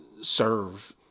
serve